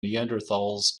neanderthals